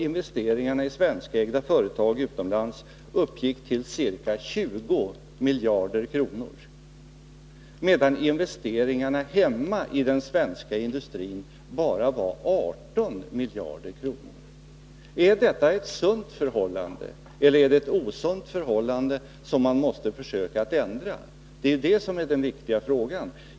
Investeringarna i svenskägda företag utomlands uppgick alltså till ca 20 miljarder kronor, medan investeringarna hemma i den svenska industrin bara var 18 miljarder kronor. Är detta ett sunt förhållande eller är det ett osunt förhållande, som man måste försöka ändra? Det är detta som är den viktiga frågan.